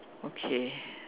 okay